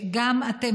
גם אתם,